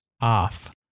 off